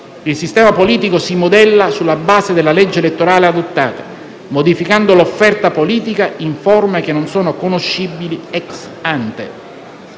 Il sistema politico si modella sulla base della legge elettorale adottata, modificando l'offerta politica in forme che non sono conoscibili *ex ante*.